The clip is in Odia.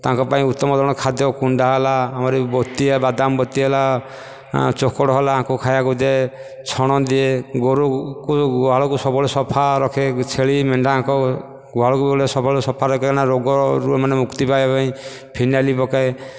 ତାଙ୍କ ପାଇଁ ଉତ୍ତମ ଧରଣର ଖାଦ୍ୟ କୁଣ୍ଡା ହେଲା ଆମର ବୋତି ହେଲା ବାଦାମ ବୋତି ହେଲା ଚୋକଡ଼ ହେଲା ୟାଙ୍କୁ ଖାଇବାକୁ ଦିଏ ଛଣ ଦିଏ ଗୋରୁଙ୍କୁ ଗୁହାଳକୁ ସବୁବେଳେ ସଫା ରଖେ ଛେଳି ମେଣ୍ଢା ୟାଙ୍କ ଗୁହାଳକୁ ସବୁବେଳେ ସଫା ରଖିବ କାରଣ ନା ରୋଗରୁ ମୁକ୍ତି ପାଇବା ପାଇଁ ଫିନାଇଲ ପକାଏ